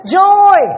joy